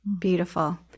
Beautiful